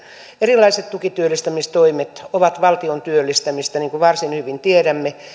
erilaiset tukityöllistämistoimet ovat valtion työllistämistä niin kuin varsin hyvin tiedämme